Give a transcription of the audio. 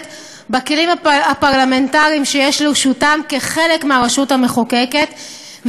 בכלים הפרלמנטריים שיש לרשותם כחלק מהרשות המחוקקת,